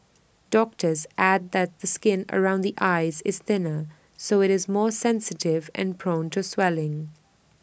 doctors add that the skin around the eyes is thinner so IT is more sensitive and prone to swelling